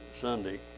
Sunday